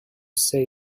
say